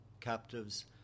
Captives